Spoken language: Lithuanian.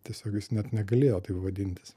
tiesiog jis net negalėjo taip vadintis